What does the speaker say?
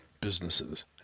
businesses